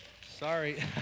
Sorry